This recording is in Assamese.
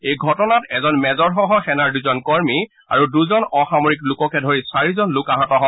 এই ঘটনাত এজন মেজৰসহ সেনাৰ দুজন কৰ্মী আৰু দূজন অসামৰিক লোককে ধৰি চাৰিজন লোক আহত হয়